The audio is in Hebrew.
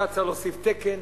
אתה צריך להוסיף תקן,